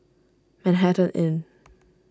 Manhattan Inn